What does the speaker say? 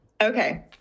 Okay